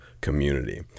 community